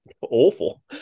awful